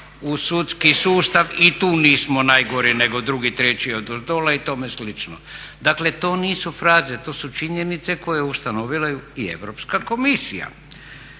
u sudski sustav, i tu nismo najgori nego drugi, treći odozdola i tome slično. Dakle, to nisu fraze, to su činjenice koje je ustanovila i Europska komisija.